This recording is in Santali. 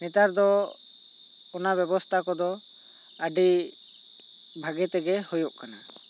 ᱱᱮᱛᱟᱨ ᱫᱚ ᱚᱱᱟ ᱵᱮᱵᱚᱥᱛᱟ ᱠᱚᱫᱚ ᱟᱹᱰᱤ ᱵᱷᱟᱜᱮ ᱛᱟᱜᱮ ᱦᱩᱭᱩᱜ ᱠᱟᱱᱟ